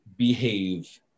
behave